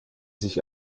sich